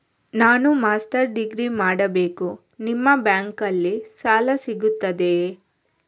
ನಾನು master degree ಮಾಡಬೇಕು, ನಿಮ್ಮ ಬ್ಯಾಂಕಲ್ಲಿ ಸಾಲ ಸಿಗುತ್ತದೆಯೇ?